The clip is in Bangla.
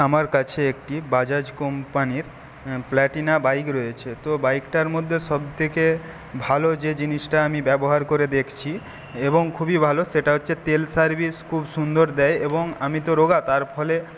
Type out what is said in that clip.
আমার কাছে একটি বাজাজ কোম্পানির প্লাটিনা বাইক রয়েছে তো বাইকটার মধ্যে সব থেকে ভালো যে জিনিসটা আমি ব্যবহার করে দেখছি এবং খুবই ভালো সেটা হচ্ছে তেল সার্ভিস খুব সুন্দর দেয় এবং আমি তো রোগা তার ফলে